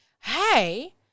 Hey